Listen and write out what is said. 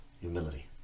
humility